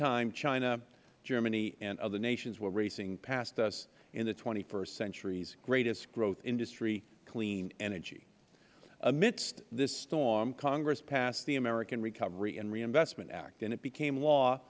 time china germany and other nations were racing past us in the st century's greatest growth industry clean energy amidst this storm congress passed the american recovery and reinvestment act and it became law